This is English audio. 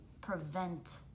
prevent